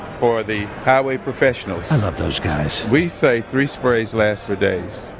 for the highway professionals, i love those guys. we say three sprays lasts for days.